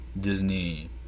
Disney